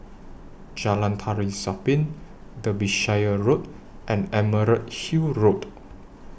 Jalan Tari Zapin Derbyshire Road and Emerald Hill Road